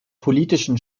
politischen